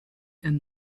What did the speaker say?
and